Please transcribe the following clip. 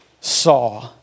saw